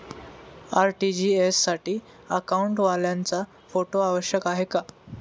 RTGS साठी अकाउंटवाल्याचा photo आवश्यक आहे का?